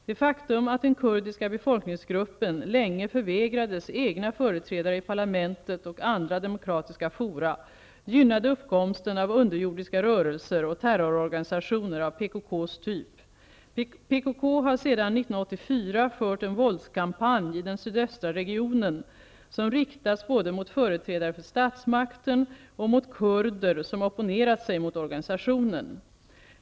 Det faktum att den kurdiska befolkningsgruppen länge förvägrades egna företrädare i parlamentet och andra demokratiska fora gynnade uppkomsten av underjordiska rörelser och terrororganisationer av PKK:s typ. PKK har sedan 1984 fört en våldskampanj i den sydöstra regionen, som riktats både mot företrädare för statsmakten och mot kurder som opponerat sig mot organisationen.